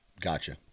gotcha